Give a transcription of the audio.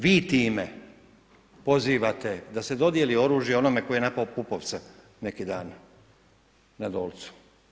Vi time pozivate da se dodjeli oružje onome tko je napao Pupovca neki dan na Dolcu.